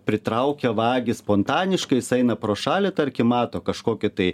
pritraukia vagį spontaniškai jis eina pro šalį tarkim mato kažkokį tai